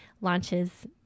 launches